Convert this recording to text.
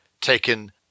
taken